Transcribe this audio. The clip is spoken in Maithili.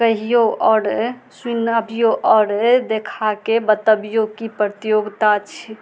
कहियो आओर सुनाबियौ आओर देखा के बतबियो की प्रतियोगिता छै